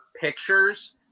pictures